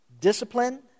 discipline